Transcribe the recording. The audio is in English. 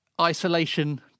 isolation